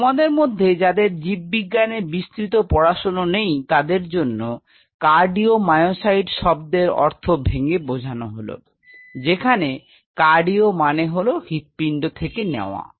তোমাদের মধ্যে যাদের জীববিজ্ঞানে বিস্তৃত পড়াশোনা নেই তাদের জন্য কার্ডিওমায়োসাইট শব্দের অর্থ ভেঙে বোঝানো হল যেখানে কার্ডিও মানে হল হৃৎপিণ্ড থেকে নেওয়া